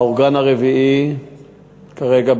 האורגן הרביעי כרגע,